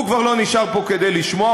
הוא כבר לא נשאר פה כדי לשמוע.